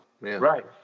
Right